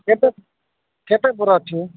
କେତେ କେତେ ତୋର ଅଛି